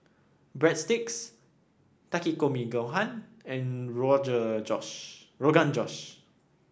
Breadsticks Takikomi Gohan and Rogan Josh